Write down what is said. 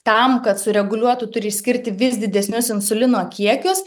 tam kad sureguliuotų turi skirti vis didesnius insulino kiekius